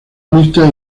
mixta